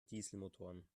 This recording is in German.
dieselmotoren